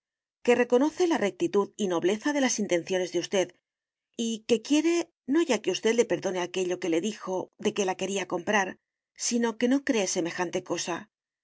que reconoce la rectitud y nobleza de las intenciones de usted y que quiere no ya que usted le perdone aquello que le dijo de que la quería comprar sino que no cree semejante cosa